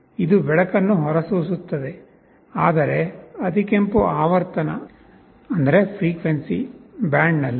ಇದು ಬೆಳಕನ್ನು ಹೊರಸೂಸುತ್ತದೆ ಆದರೆ ಅತಿಗೆಂಪು ಆವರ್ತನ ಬ್ಯಾಂಡ್ನಲ್ಲಿ